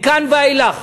מכאן ואילך